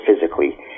physically